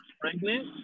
pregnant